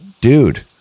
Dude